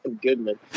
goodman